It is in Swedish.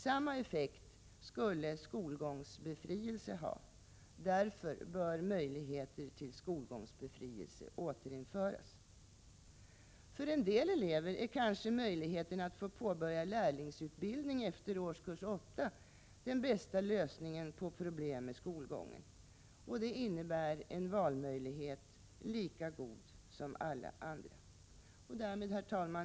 Samma effekt skulle skolgångsbefrielse ha. Därför bör möjligheter till skolgångsbefrielse återinföras. För en del elever är kanske möjligheten att få påbörja lärlingsutbildning efter årskurs 8 den bästa lösningen på problem med skolgången. Det innebär en valmöjlighet lika god som alla andra. Herr talman!